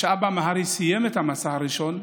כשאבא מהרי סיים את המסע הראשון,